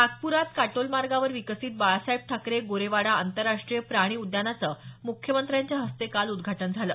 नागप्रात काटोल मार्गावर विकसित बाळासाहेब ठाकरे गोरेवाडा आंतरराष्ट्रीय प्राणी उद्यानाचं मुख्यमंत्र्यांच्या हस्ते काल उद्घाटन झालं